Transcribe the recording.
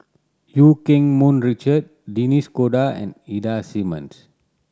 Eu Keng Mun Richard Denis Cotta and Ida Simmons